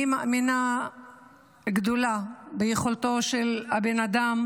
אני מאמינה גדולה ביכולתו של הבן אדם